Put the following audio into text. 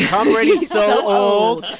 tom brady's so old.